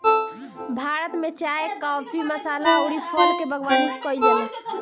भारत में चाय, काफी, मसाला अउरी फल के बागवानी कईल जाला